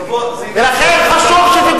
זה עניין לראש הממשלה.